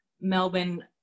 Melbourne